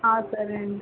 సరే అండి